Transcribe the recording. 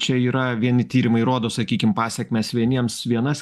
čia yra vieni tyrimai rodo sakykim pasekmes vieniems vienas